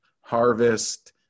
Harvest